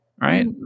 right